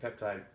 peptide